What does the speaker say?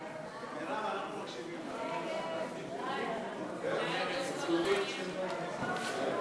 ההצעה להעביר את הצעת חוק סדר הדין הפלילי (חקירת חשודים)